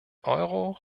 euro